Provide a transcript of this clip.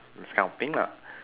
this kind of thing lah